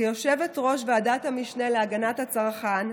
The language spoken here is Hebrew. כיושבת-ראש ועדת המשנה להגנת הצרכן,